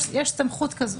יש סמכות כזאת,